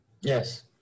Yes